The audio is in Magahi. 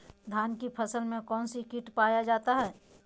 धान की फसल में कौन सी किट पाया जाता है?